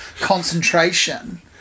concentration